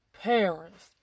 parents